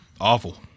Awful